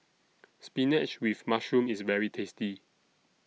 Spinach with Mushroom IS very tasty